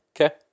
okay